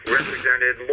represented